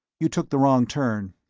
you took the wrong turn.